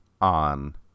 on